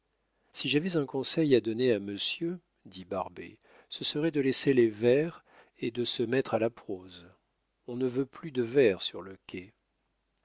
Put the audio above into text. si j'avais un conseil à donner à monsieur dit barbet ce serait de laisser les vers et de se mettre à la prose on ne veut plus de vers sur le quai